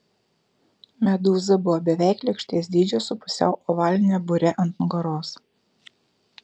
medūza buvo beveik lėkštės dydžio su pusiau ovaline bure ant nugaros